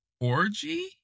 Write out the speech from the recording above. Orgy